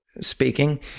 speaking